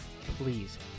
please